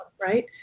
right